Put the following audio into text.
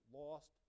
lost